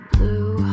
Blue